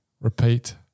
repeat